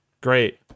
great